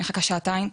מחכה שעתיים,